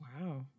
Wow